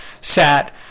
sat